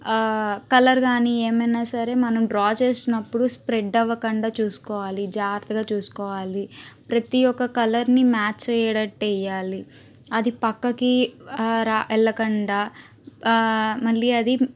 colour కానీ ఏమన్నా సరే మనం డ్రా చేసినప్పుడు స్ప్రెడ్ అవ్వకుండా చూసుకోవాలి జాగ్రత్తగా చూసుకోవాలి ప్రతి ఒక్క కలర్ని మ్యాచ్ అయ్యేడట్టు వెయ్యాలి అది పక్కకి రా వెళ్లకుండా మళ్ళీ అది